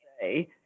say